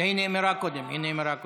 נאמרה קודם, היא נאמרה קודם.